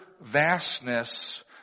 vastness